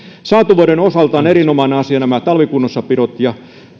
saantovuoden osalta ovat erinomainen asia nämä talvikunnossapidot ja